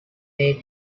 made